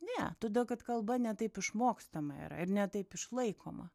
ne todėl kad kalba ne taip išmokstama yra ir ne taip išlaikoma